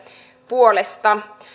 puolesta